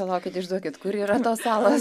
palaukit išduokit kur yra tos salos